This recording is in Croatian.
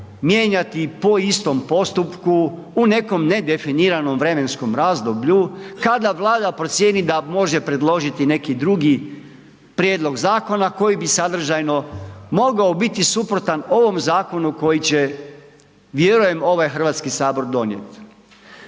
mijenjati po istom postupku u nekom nedefiniranom vremenskom razdoblju kada Vlada procijeni da može predložiti neki drugi prijedlog zakona koji bi sadržajno mogao biti suprotan ovom zakonu koji će vjerujem ovaj HS donijet.